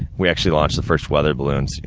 we actually launched the first weather balloons.